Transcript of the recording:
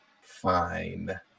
fine